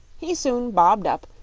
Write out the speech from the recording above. he soon bobbed up,